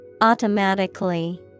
Automatically